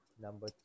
Number